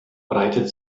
breitet